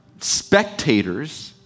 spectators